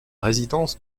résidence